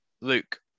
Luke